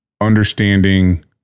understanding